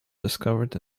discovered